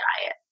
diet